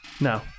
No